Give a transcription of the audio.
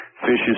Fishes